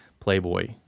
playboy